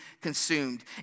consumed